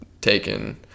taken